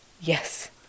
Yes